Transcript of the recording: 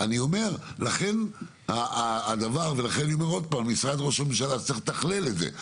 לכן אני אומר שמשרד ראש הממשלה צריך לתכלל את זה,